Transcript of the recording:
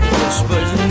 Whispers